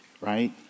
right